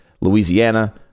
louisiana